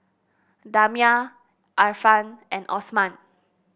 Damia Irfan and Osman